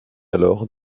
alors